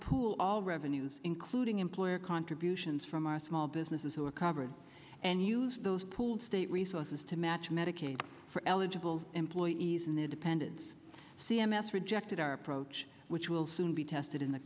pull all revenues including employer contributions from our small businesses who are covered and use those pooled state resources to match medicaid for eligible employees and their dependents c m s rejected our approach which will soon be tested in the